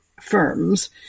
firms